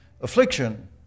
Affliction